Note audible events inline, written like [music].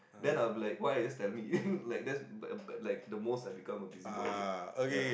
then I will be why you just tell me [laughs] like that's like like the most I become a busybody ah ya